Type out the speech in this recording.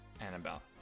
Annabelle